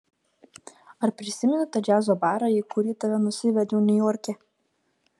ar prisimeni tą džiazo barą į kurį tave nusivedžiau niujorke